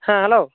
ᱦᱮᱸ ᱦᱮᱞᱳ